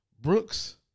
Brooks